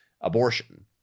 abortion